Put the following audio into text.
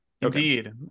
indeed